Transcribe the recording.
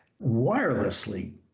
wirelessly